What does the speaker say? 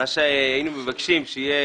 היינו מבקשים שתהיה